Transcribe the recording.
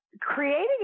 creating